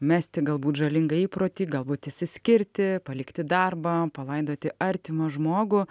mesti galbūt žalingą įprotį galbūt išsiskirti palikti darbą palaidoti artimą žmogų